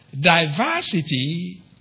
diversity